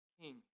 king